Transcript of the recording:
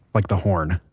like the horn